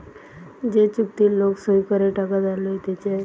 যে চুক্তি লোক সই করে টাকা ধার লইতেছে